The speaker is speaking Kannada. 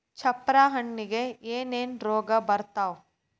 ಚಪ್ರ ಹಣ್ಣಿಗೆ ಏನೇನ್ ರೋಗ ಬರ್ತಾವ?